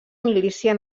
milícia